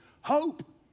Hope